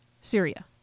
Syria